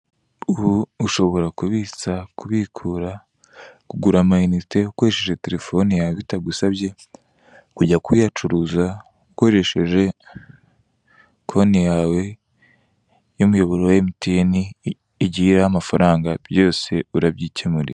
Ubu ushobora kubitsa, kubikura, kugura amayinite ukoresheje telefone yawe bitagusabye kujya kuyacuruza, ukoresheje konti yawe y'imiyoboro wa MTN, igiye iriho amafaranga, byose urabyikemurira.